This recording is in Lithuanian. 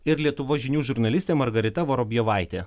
ir lietuvos žinių žurnalistė margarita vorobjovaitė